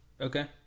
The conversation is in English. Okay